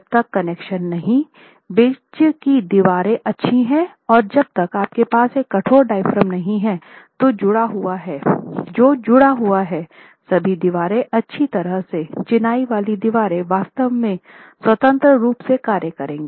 जब तक कनेक्शन नहीं बीच की दीवारें अच्छी हैं और जब तक आपके पास एक कठोर डायाफ्राम नहीं है जो जुड़ा हुआ है सभी दीवारें अच्छी तरह से चिनाई वाली दीवारें वास्तव में स्वतंत्र रूप से कार्य करेंगी